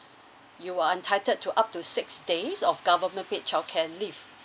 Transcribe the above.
you are entitled to up to six days of government paid childcare leave